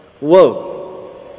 whoa